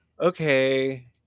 okay